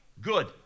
Good